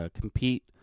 compete